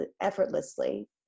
effortlessly